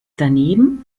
daneben